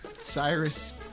Cyrus